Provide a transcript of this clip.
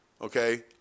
Okay